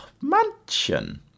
mansion